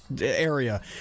area